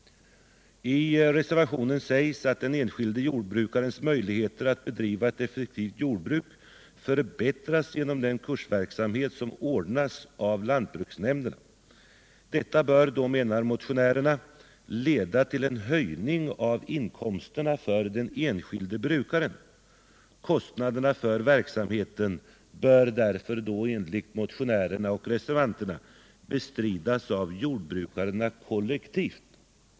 I reservationen sägs att den enskilde jordbrukarens möjligheter att bedriva ett effektivt jordbruk förbättras genom den kursverksamhet som ordnas av lantbruksnämnderna. Detta bör, menar motionärerna, leda till en höjning av inkomsterna för den enskilde brukaren. Kostnaderna för verksamheten bör därför enligt motionärerna och reservanterna bestridas av jordbrukarna kollektivt.